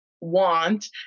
want